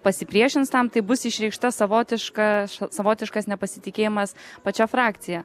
pasipriešins tam tai bus išreikšta savotiška savotiškas nepasitikėjimas pačia frakcija